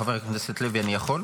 חבר הכנסת לוי, אני יכול?